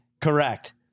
correct